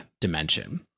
dimension